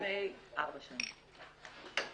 לפני ארבע שנים.